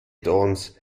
addons